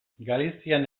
galizian